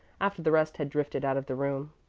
after the rest had drifted out of the room.